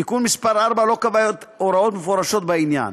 תיקון מס' 4 לא קבע הוראות מפורשות בעניין.